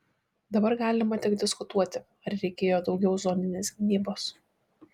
dabar galima tik diskutuoti ar reikėjo daugiau zoninės gynybos